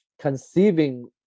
conceiving